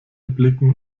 blicken